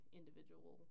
individual